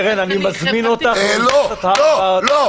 קרן, אני מזמין אותך --- לא, לא, לא.